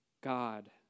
God